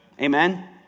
Amen